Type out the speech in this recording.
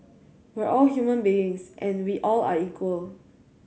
we're all human beings and we all are equal